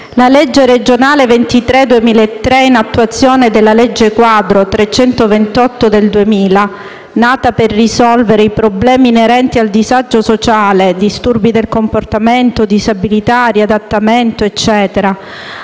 La legge regionale n. 23 del 2003, in attuazione della legge quadro n. 328 del 2000, nata per risolvere i problemi inerenti al disagio sociale, disturbi del comportamento, disabilità, riadattamento e